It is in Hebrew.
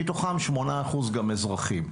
מתוכם 8% גם אזרחים,